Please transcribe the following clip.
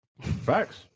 Facts